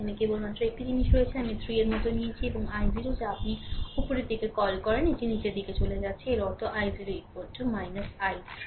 এখানে কেবলমাত্র একটি জিনিস রয়েছে আমি 3 এর মতো নিয়েছি এবং i0 যা আপনি উপরের দিকে কল করেন এটি নিচের দিকে চলে যাচ্ছে এর অর্থ i0 i 3